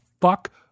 fuck